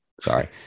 Sorry